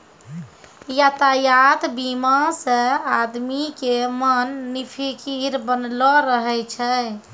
यातायात बीमा से आदमी के मन निफिकीर बनलो रहै छै